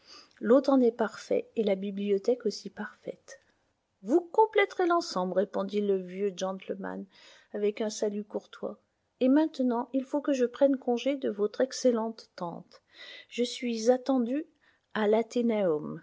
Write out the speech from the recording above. l'hôte en est parfait et la bibliothèque aussi parfaite vous compléterez l'ensemble répondit le vieux gentleman avec un salut courtois et maintenant il faut que je prenne congé de votre excellente tante je suis attendu